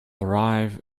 arrive